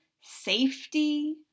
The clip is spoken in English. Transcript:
safety